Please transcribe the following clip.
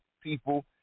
people